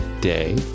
day